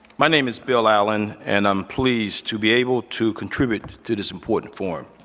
my name is bill allen, and i'm pleased to be able to contribute to this important forum.